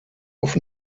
auf